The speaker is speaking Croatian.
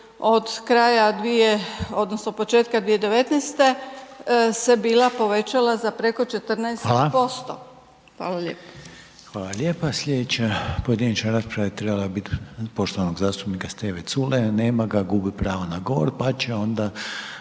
od kraja dvije odnosno početka 2019. se bila povećala za preko 14% …/Upadica: Hvala/. Hvala lijepo. **Reiner, Željko (HDZ)** Hvala lijepo. Slijedeća pojedinačna rasprava je trebala bit poštovanog zastupnika Steve Culeja, nema ga, gubi pravo na govor, pa će onda